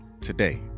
today